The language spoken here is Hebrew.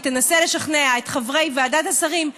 והיא תנסה לשכנע את חברי ועדת השרים,